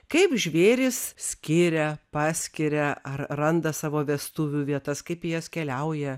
kaip žvėrys skiria paskiria ar randa savo vestuvių vietas kaip jas keliauja